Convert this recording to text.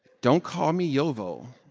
don't call me yovo.